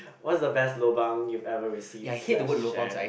what's the best lobang you've ever received slash shared